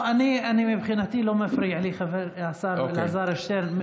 אני מבחינתי, לא מפריע לי, השר אלעזר שטרן.